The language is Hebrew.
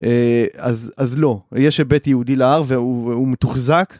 אז לא, יש היבט יהודי להר והוא מתוחזק.